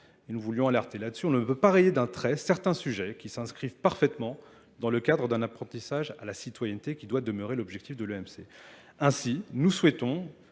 nous voulions alerter là-dessus, on ne peut pas rayer d'un trait certains sujets qui s'inscrivent parfaitement dans le cadre d'un apprentissage à la citoyenneté qui doit demeurer l'objectif de l'EMC. Ainsi, nous souhaitons